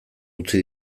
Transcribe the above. utzi